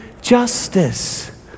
justice